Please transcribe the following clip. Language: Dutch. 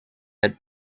het